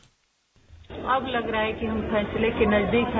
bite अब लग रहा है कि हम फैसले के नजदीक हैं